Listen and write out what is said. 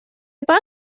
بانک